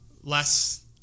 less